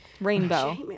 rainbow